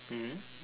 mmhmm